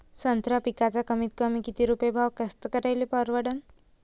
संत्र्याचा पिकाचा कमीतकमी किती रुपये भाव कास्तकाराइले परवडन?